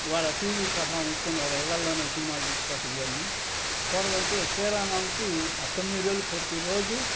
ఇవాళ టీవీ ప్రభావం ఎక్కువుంది కదా ఇళ్ళల్లోనే సినిమాలు చూసుకోవడం ఇవన్నీ పూర్వమైతే శ్రీరామనమికి ఆ తొమ్మిది రోజులు ప్రతీరోజూ